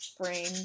brain